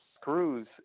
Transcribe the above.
screws